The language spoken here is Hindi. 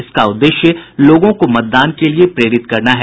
इसका उद्देश्य लोगों को मतदान के लिए प्रेरित करना है